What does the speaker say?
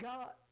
God